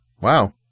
Wow